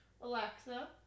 Alexa